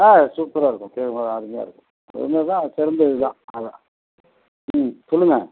ஆ சூப்பராக இருக்கும் அருமையாக இருக்கும் இது மாரிதான் சிறந்தது தான் அது ம் சொல்லுங்கள்